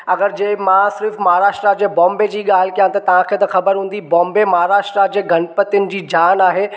अॻरि जे मां सिर्फ़ु महाराष्ट्र जे बॉम्बे जी ॻाल्हि कयां त तव्हां खे त ख़बर हूंदी बॉम्बे महाराष्ट्र जे गणपतियुनि जी जान आहे